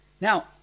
Now